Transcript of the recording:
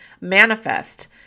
manifest